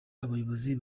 abayobozi